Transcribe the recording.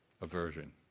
Aversion